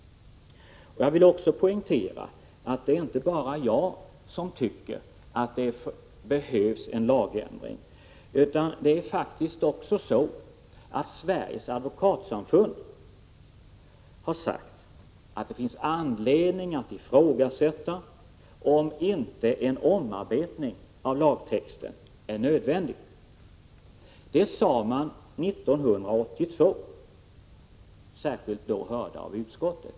Jag vill också poängtera att det inte bara är jag som tycker att det behövs en lagändring. Sveriges advokatsamfund har sagt att det finns anledning att ifrågasätta om inte en omarbetning av lagtexten är nödvändig. Det sade man 1982, då man hördes särskilt av utskottet.